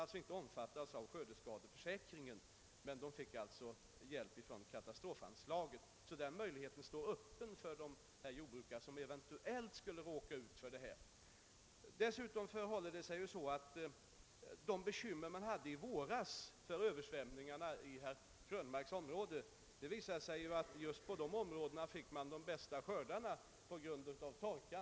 De kunde inte omfattas av skördeskadeförsäkringen, men de fick hjälp från katastrofanslaget. Den möjligheten står alltså öppen för jordbrukare som eventuellt skulle råka ut för detta. Dessutom visade det sig ju förra året att man i det område där herr Krönmark är bosatt och där man haft bekymmer för översvämningarna fick de bästa skördarna just på de marker som varit översvämmade, därför att det blev en så kraftig torka.